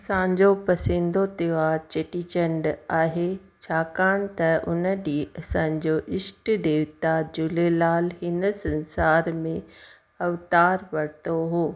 असांजो पसंदि जो त्योहारु चेटीचंडु आहे छाकाणि त उन ॾींहुं असांजो ईष्ट देवता झूलेलाल हिन संसार में अवतारु वरितो हो